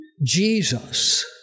Jesus